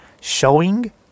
showing